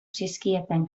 zizkieten